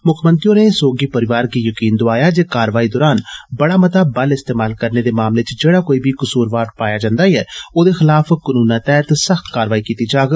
मुक्खमंत्री होरें सोगी परिवार गी यकीन दोआया जे कारवाई दौरान बड़ा मता बल इस्तेमाल करने दे मामले च जेड़ा कोई बी कसूरवार पाया जन्दा ऐ ओदे खिलाफ कनूनै तैहत सख्त कारवाई कीती जाग